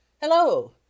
Hello